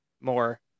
more